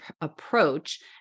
approach